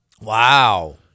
Wow